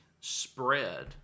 spread